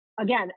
again